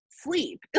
Sleep